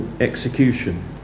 execution